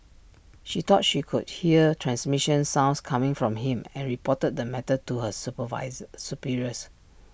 she thought she could hear transmission sounds coming from him and reported the matter to her superiors